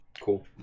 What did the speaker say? Cool